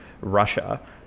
Russia